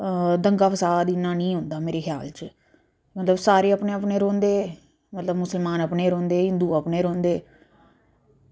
दंगा फसाद इन्ना निं होंदा मेरे ख्याल च हून ते सारे अपने अपने रौहंदे मतलब मुसलमान अपने रौहंदे हिंदु अपने रौहंदे